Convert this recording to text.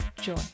joy